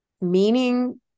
meaning